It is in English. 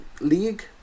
League